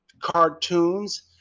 cartoons